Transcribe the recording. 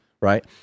right